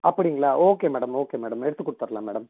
அப்படிங்ளா okay madam okay madam எடுத்து கொடுத்ட்லாம் மேடம்